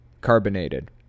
carbonated